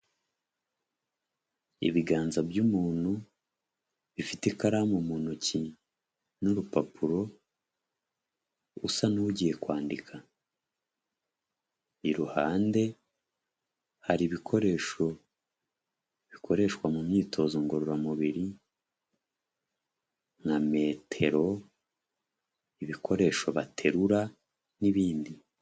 Ibiganza by'umuntu bifite ikaramu mu ntoki n'urupapuro usa n'ugiye kwandika iruhande hari ibikoresho bikoreshwa mu myitozo ngororamubiri nka metero, ibikoresho baterura n'ibindi.